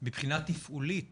מבחינה תפעולית